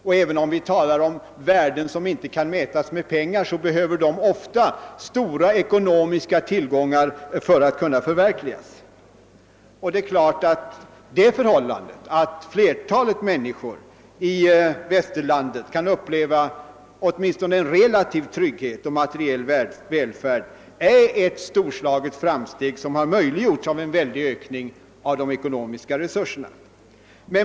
Och även om vi talar om »värden som inte kan mätas med pengar» behövs det stora ekonomiska tillgångar om de skall kunna förverkligas. Det förhållandet att flertalet människor i Västerlandet kan uppleva åtminstone en relativ trygghet och materiell välfärd är naturligtvis ett storslaget framsteg, som har möjliggjorts av en väldig ökning av de ekonomiska resurserna.